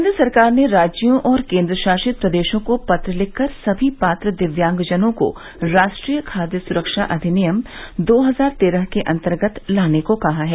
केंद्र सरकार ने राज्यों और केंद्रशासित प्रदेशों को पत्र लिखकर सभी पात्र दिव्यांगजनों को राष्ट्रीय खाद्य सुरक्षा अधिनियम दो हजार तेरह के अंतर्गत लाने को कहा है